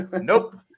Nope